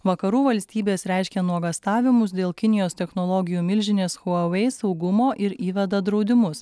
vakarų valstybės reiškia nuogąstavimus dėl kinijos technologijų milžinės huawei saugumo ir įveda draudimus